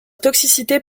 toxicité